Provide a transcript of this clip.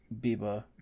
biba